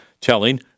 telling